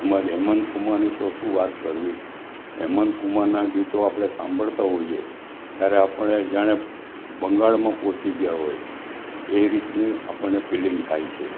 તેમ જ હેમંત કુમારની તો શું વાત કરવી હેમંત કુમારનાં ગીતો આપણે સાંભળતા હોઈએ ત્યારે આપણે જાણે બંગાળમાં પહોંચી ગયા હોઈએ એ રીતની આપણને ફિલિંગ થાય છે